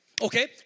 Okay